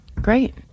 Great